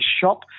shop